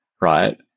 right